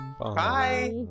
Bye